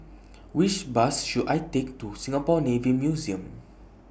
Which Bus should I Take to Singapore Navy Museum